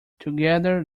together